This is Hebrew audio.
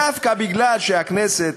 דווקא בגלל שהכנסת